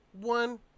one